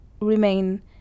remain